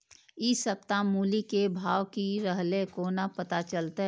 इ सप्ताह मूली के भाव की रहले कोना पता चलते?